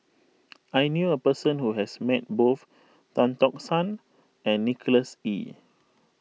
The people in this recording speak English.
I knew a person who has met both Tan Tock San and Nicholas Ee